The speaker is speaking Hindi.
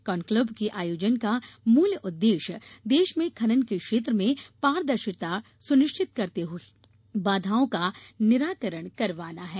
कॉन्क्लेव के आयोजन का मूल उद्देश्य देश में खनन के क्षेत्र में पारदर्शिता सुनिश्चित करते हुए बाधाओं का निराकरण करवाना है